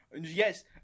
Yes